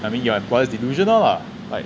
I mean your employer's delusional lah like